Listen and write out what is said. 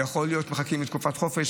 יכול להיות שמחכים לתקופת חופש,